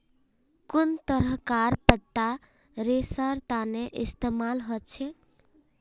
कुन तरहकार पत्ता रेशार तने इस्तेमाल हछेक